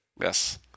Yes